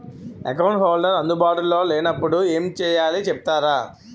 Account holder అందు బాటులో లే నప్పుడు ఎం చేయాలి చెప్తారా?